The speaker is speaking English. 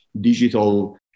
digital